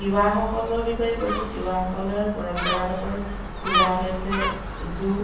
তিৱাসকলৰ বিষয়ে কৈছোঁ তিৱাসকলৰ পৰম্পৰাগত সুৰা হৈছে জু